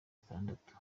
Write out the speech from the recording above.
itandatu